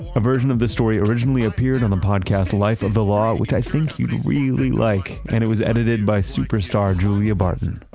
a version of the story originally appeared on a podcast life of the law which i think you'd really like and it was edited by superstar julia barton.